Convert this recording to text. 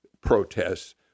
protests